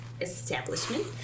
establishment